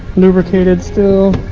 lubricated still